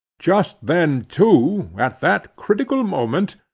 just then, too, at that critical moment,